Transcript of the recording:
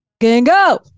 go